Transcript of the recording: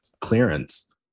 clearance